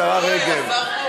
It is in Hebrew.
השרה רגב.